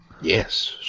Yes